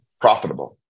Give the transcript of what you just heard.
profitable